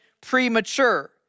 premature